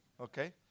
Okay